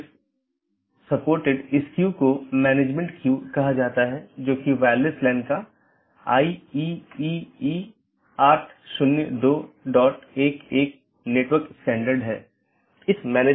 BGP किसी भी transport layer का उपयोग नहीं करता है ताकि यह निर्धारित किया जा सके कि सहकर्मी उपलब्ध नहीं हैं या नहीं